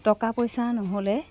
টকা পইচা নহ'লে